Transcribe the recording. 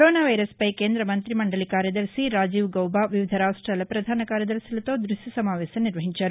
corona వైరస్పై కేంద్ర మంతి మండలి కార్యదర్శి రాజీవ్గౌబ వివిధ రాష్ట్వాల ప్రధాన కార్యదర్శులతో దృశ్యసమావేశం నిర్వహించారు